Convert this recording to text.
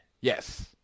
Yes